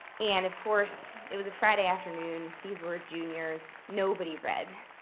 and of course, it was a friday afternoon. these were juniors. nobody read.